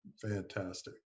fantastic